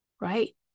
right